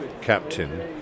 captain